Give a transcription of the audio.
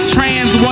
Trans